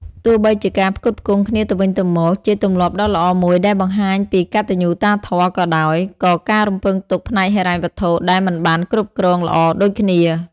ទោះបីជាការផ្គត់ផ្គង់គ្នាទៅវិញទៅមកជាទម្លាប់ដ៏ល្អមួយដែលបង្ហាញពីកតញ្ញូតាធម៌ក៏ដោយ ក៏ការរំពឹងទុកផ្នែកហិរញ្ញវត្ថុដែលមិនបានគ្រប់គ្រងល្អដូចគ្នា។